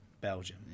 Belgium